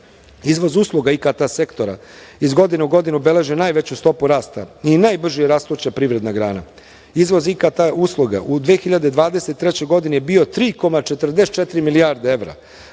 Izvoz usluga IKT sektora iz godine u godinu beleži najveću stopu rasta i najbrže rastuća privredna grana. Izvoz IKT usluga u 2023. godini je bio 3,44 milijarde evra,